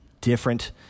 different